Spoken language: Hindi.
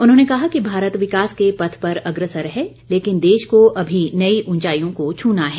उन्होंने कहा कि भारत विकास के पथ पर अग्रसर है लेकिन देश को अभी नई ऊंचाईयों को छूना है